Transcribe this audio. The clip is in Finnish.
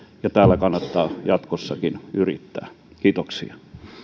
ja täällä kannattaa jatkossakin yrittää kiitoksia